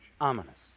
ominous